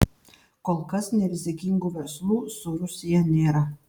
kol kas nerizikingų verslų su rusija nėra